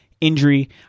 injury